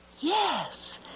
Yes